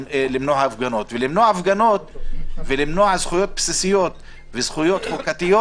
למנוע זכויות בסיסיות וזכויות חוקתיות.